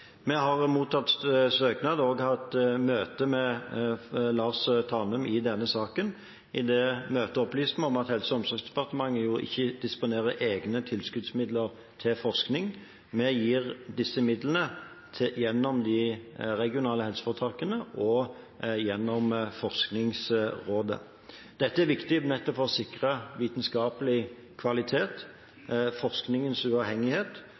Vi har mottatt søknad og har hatt møte med Lars Tanum i denne saken. I det møtet opplyste vi om at Helse- og omsorgsdepartementet jo ikke disponerer egne tilskuddsmidler til forskning. Vi gir disse midlene gjennom de regionale helseforetakene og gjennom Forskningsrådet. Dette er viktig nettopp for å sikre vitenskapelig kvalitet, forskningens uavhengighet,